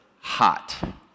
hot